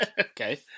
Okay